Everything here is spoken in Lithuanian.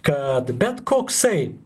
kad bet koksai